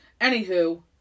Anywho